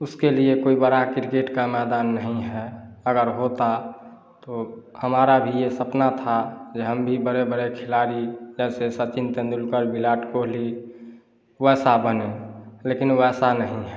उसके लिए कोई बड़ा क्रिकेट का मैदान नहीं है अगर होता तो हमारा भी ये सपना था हम भी बड़े बड़े खिलाड़ी जैसे सचिन तेंदुलकर विराट कोहली वैसा बने लेकिन वैसा नहीं है